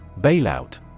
Bailout